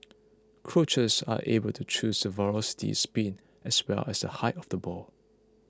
coaches are able to choose the velocity spin as well as the height of the ball